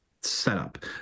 setup